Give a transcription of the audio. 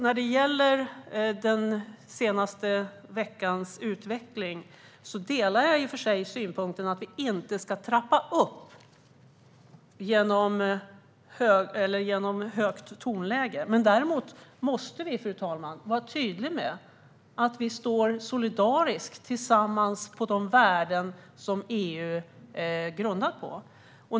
När det gäller utvecklingen den senaste veckan instämmer jag i synpunkten att vi inte ska trappa upp och skapa ett högt tonläge. Däremot, fru talman, måste vi vara tydliga med att vi står solidariskt tillsammans för de värden som EU har grundats på.